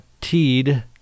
Teed